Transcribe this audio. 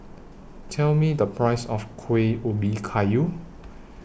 Tell Me The Price of Kuih Ubi Kayu